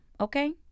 okay